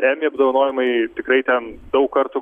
emmy apdovanojimai tikrai ten daug kartų